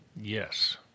Yes